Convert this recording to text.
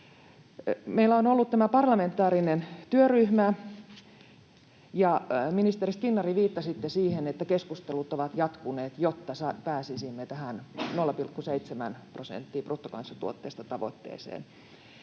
Meillä on ollut tämä parlamentaarinen työryhmä, ja, ministeri Skinnari, viittasitte siihen, että keskustelut ovat jatkuneet, jotta pääsisimme tähän 0,7 prosenttia bruttokansantuotteesta ‑tavoitteeseen.